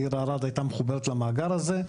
העיר ערד הייתה מחוברת למאגר הזה.